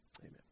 Amen